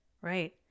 right